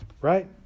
right